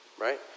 right